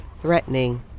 threatening